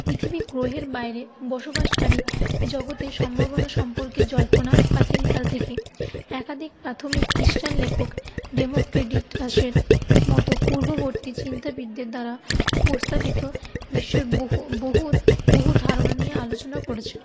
পৃথিবী গ্রহের বাইরে বসবাসকারী জগতের সম্ভাবনা সম্পর্কে জল্পনা প্রাচীনকাল থেকে একাধিক প্রাথমিক খ্রিস্টান লেখক মতো পূর্ববর্তী চিন্তবিদদের দ্বারা প্রস্তাবিত বিশ্বের বহু বহু বহু ধারণা নিয়ে আলোচনা করেছে